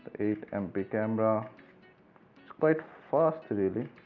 eight mp camera it's quite fast really